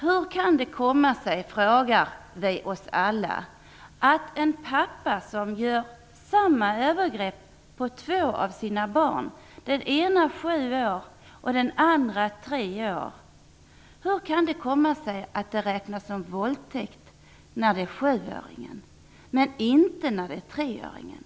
Vi frågar oss alla hur det kan komma sig att en pappa som begår samma övergrepp på två av sina barn, det ena sju och det andra tre år, blir dömd för våldtäkt på sjuåringen men inte på treåringen.